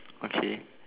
okay